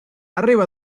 arriba